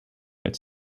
its